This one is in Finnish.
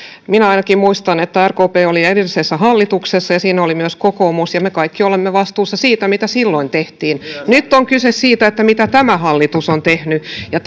minä ainakin muistan että rkp oli edellisessä hallituksessa ja siinä oli myös kokoomus ja me kaikki olemme vastuussa siitä mitä silloin tehtiin nyt on kyse siitä mitä tämä hallitus on tehnyt ja